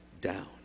down